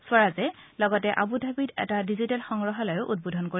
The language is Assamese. স্বৰাজে লগতে আবু ধাবিত এটা ডিজিটেল সংগ্ৰহালয়ো উদ্বোধন কৰিব